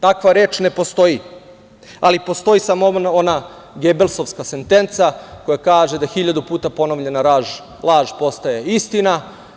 Takva reč ne postoji, ali postoji samo ona gebelsovska sentenca koja kaže da hiljadu puta ponovljena laž postaje istina.